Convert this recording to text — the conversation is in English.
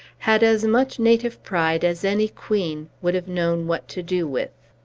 had as much native pride as any queen would have known what to do with.